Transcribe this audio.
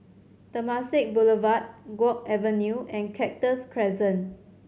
Temasek Boulevard Guok Avenue and Cactus Crescent